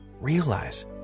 Realize